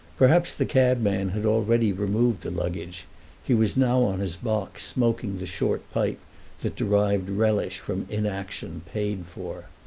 perhaps the cabman had already removed the luggage he was now on his box smoking the short pipe that derived relish from inaction paid for.